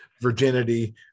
virginity